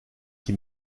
qui